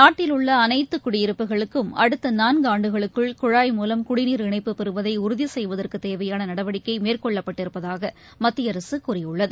நாட்டில் உள்ள அனைத்து குடியிருப்புகளுக்கும் அடுத்த நாள்காண்டுகளுக்குள் குழாய் மூலம் குடிநீர் இணைப்பு பெறுவதை உறுதி செய்வதற்கு தேவையான நடவடிக்கை மேற்கொள்ளப்பட்டிருப்பதாக மத்திய அரசு கூறியுள்ளது